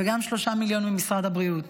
וגם 3 מיליון ממשרד הבריאות.